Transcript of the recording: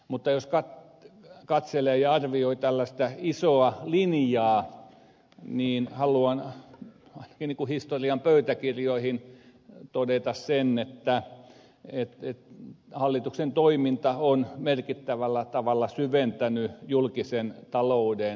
mutta jos katselee ja arvioi tällaista isoa linjaa niin haluan historian pöytäkirjoihin todeta sen että hallituksen toiminta on merkittävällä tavalla syventänyt julkisen talouden rapautumista